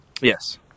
Yes